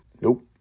nope